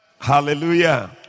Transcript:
Hallelujah